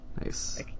Nice